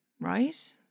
right